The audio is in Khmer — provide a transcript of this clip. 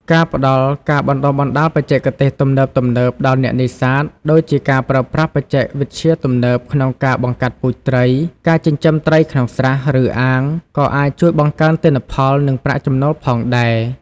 ការផ្តល់ការបណ្តុះបណ្តាលបច្ចេកទេសទំនើបៗដល់អ្នកនេសាទ ដូចជាការប្រើប្រាស់បច្ចេកវិទ្យាទំនើបក្នុងការបង្កាត់ពូជត្រី ការចិញ្ចឹមត្រីក្នុងស្រះ ឬអាង ក៏អាចជួយបង្កើនទិន្នផល និងប្រាក់ចំណូលផងដែរ។